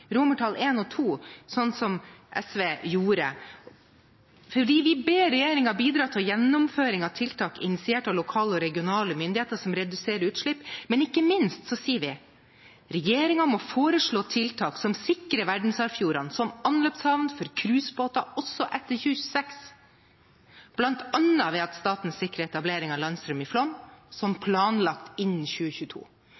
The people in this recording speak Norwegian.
og II – som SV gjør. Vi «ber regjeringen bidra til gjennomføring av tiltak initiert av lokale og regionale myndigheter, som reduserer utslipp», men ikke minst sier vi: «Stortinget ber regjeringen foreslå tiltak som sikrer verdensarvfjordene som anløpshavn for cruisebåter også etter 2026, blant annet ved at staten sikrer etablering av landstrøm i Flåm som